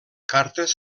cartes